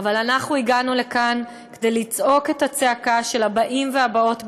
"אבל אנחנו הגענו לכאן כדי לצעוק את הצעקה של הבאים והבאות בתור,